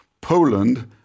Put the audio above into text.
Poland